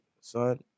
son